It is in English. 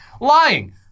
lying